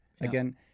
again